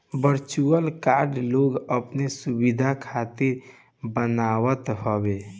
virtual card लोग अपनी सुविधा खातिर बनवावत हवे